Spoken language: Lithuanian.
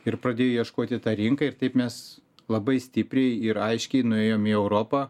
ir pradėjo ieškoti tą rinką ir taip mes labai stipriai ir aiškiai nuėjom į europą